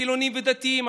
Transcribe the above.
חילונים ודתיים,